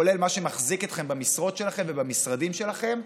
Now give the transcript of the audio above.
כולל מה שמחזיק אתכם במשרות שלכם ובמשרדים שלכם,